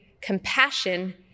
compassion